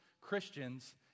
Christians